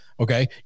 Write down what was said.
Okay